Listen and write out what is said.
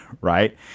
Right